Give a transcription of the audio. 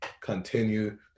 continue